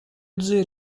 dizer